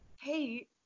Hey